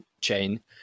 chain